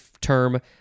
term